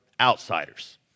outsiders